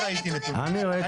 לא, אין.